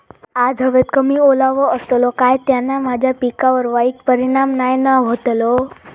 आज हवेत कमी ओलावो असतलो काय त्याना माझ्या पिकावर वाईट परिणाम नाय ना व्हतलो?